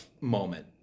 moment